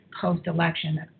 post-election